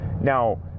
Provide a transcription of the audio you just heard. Now